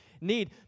need